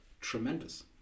tremendous